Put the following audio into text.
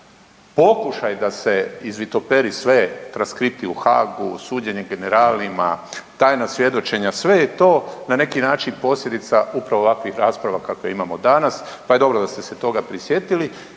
pokušaj da se izvitoperi sve, transkripti u Haagu, suđenje generalima, tajna svjedočenja, sve je to na neki način posljedica upravo ovakvih rasprava kakve imamo danas pa je dobro da ste se toga prisjetili.